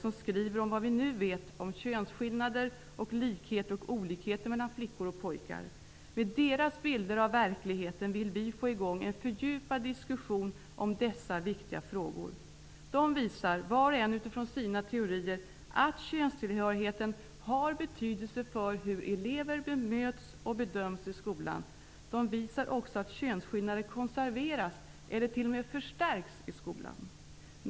De skriver om vad man nu känner till om likheter och olikheter mellan flickor och pojkar. Med deras bilder av verkligheten vill vi få i gång en fördjupad diskussion om dessa viktiga frågor. Forskarna visar, var och en utifrån sina teorier, att könstillhörigheten har betydelse för hur elever bemöts och bedöms i skolan. De visar också att könsskillnader konserveras eller t.o.m. förstärks i skolan.